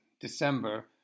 December